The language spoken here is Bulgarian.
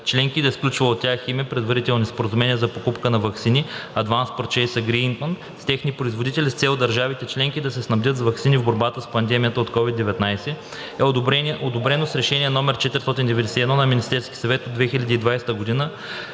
членки и да сключва от тяхно име предварителни споразумения за покупка на ваксини („Advance Purchase Agreement“) с техни производители с цел държавите членки да се снабдят с ваксини в борбата с пандемията от COVID-19, e одобрено с Решение № 491 на Министерския съвет от 2020 г. и